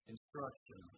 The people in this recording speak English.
Instruction